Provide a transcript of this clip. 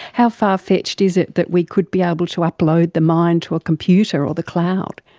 how far-fetched is it that we could be able to upload the mind to a computer or the cloud?